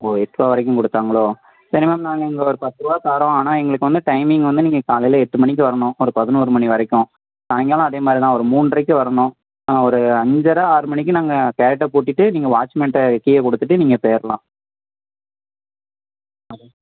ஓ எட்டு ருபா வரைக்கும் கொடுத்தாங்களோ மினிமம் நாங்கள் இங்கே ஒரு பத்து ருபா தரோம் ஆனால் எங்களுக்கு வந்து டைமிங் வந்து நீங்கள் காலையில் எட்டு மணிக்கு வரணும் ஒரு பதினோரு மணி வரைக்கும் சாயங்காலம் அதே மாதிரிதான் ஒரு மூணறைக்கு வரணும் ஆ ஒரு அஞ்சரை ஆறு மணிக்கு நாங்கள் கேட்டை பூட்டிவிட்டு நீங்கள் வாட்ச்மேன்கிட்ட கீயை கொடுத்துட்டு நீங்கள் போயிடலாம் அதுதான்